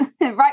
right